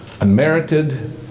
unmerited